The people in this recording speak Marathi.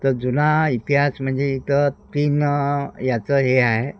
तर जुना इतिहास म्हणजे इथं तीन याचं हे आहे